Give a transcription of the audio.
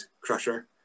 Crusher